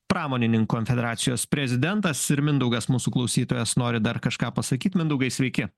pramonininkų konfederacijos prezidentas ir mindaugas mūsų klausytojas nori dar kažką pasakyt mindaugai sveiki